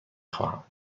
خواهم